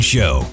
Show